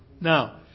Now